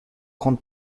grande